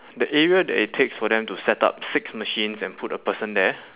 the area that it takes for them to set up six machines and put a person there